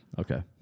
Okay